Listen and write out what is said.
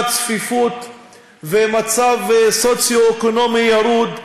צפיפות ומצב סוציו-אקונומי ירוד ועוני.